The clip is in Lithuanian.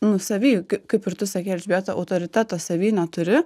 nu savy kaip ir tu sakei elžbieta autoriteto savy neturi